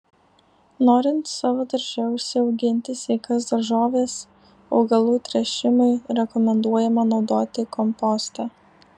norint savo darže užsiauginti sveikas daržoves augalų tręšimui rekomenduojama naudoti kompostą